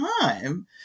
time